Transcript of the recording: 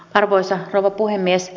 arvoisa rouva puhemies